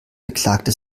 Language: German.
beklagte